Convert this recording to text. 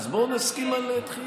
אז בוא נסכים על דחייה.